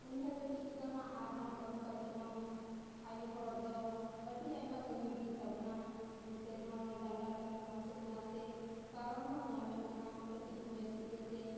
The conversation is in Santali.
ᱩᱱᱤ ᱦᱚᱸ ᱠᱟᱹᱴᱤᱡ ᱜᱮᱛᱟᱢᱟ ᱟᱨᱦᱚᱸ ᱟᱹᱜᱩ ᱠᱟᱛᱮᱫ ᱦᱚᱸ ᱟᱹᱭᱩ ᱦᱚᱲ ᱫᱚ ᱟᱹᱰᱤ ᱟᱭᱢᱟ ᱠᱟᱹᱢᱤ ᱦᱩᱭᱩᱜ ᱛᱟᱵᱚᱱᱟ ᱮᱱᱛᱮ ᱨᱮᱦᱚᱸ ᱰᱟᱸᱰᱟ ᱠᱚ ᱦᱟᱹᱥᱩ ᱵᱚᱱᱟ ᱥᱮ ᱠᱟᱨᱚᱱ ᱦᱚᱸ ᱧᱟᱢᱮᱜ ᱵᱚᱱᱟ ᱠᱟᱹᱴᱤᱡ ᱵᱚᱭᱮᱥ ᱤᱭᱟᱹᱛᱮ